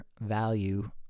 value